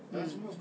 mm